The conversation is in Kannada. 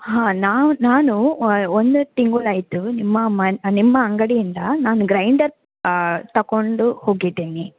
ಹಾಂ ನಾವು ನಾನು ಒಂದೇ ತಿಂಗಳು ಆಯಿತು ನಿಮ್ಮ ಮನೆ ನಿಮ್ಮ ಅಂಗಡಿಯಿಂದ ನಾನು ಗ್ರೈಂಡರ್ ತಕೊಂಡು ಹೋಗಿದ್ದೀನಿ